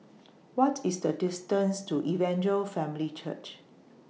What IS The distance to Evangel Family Church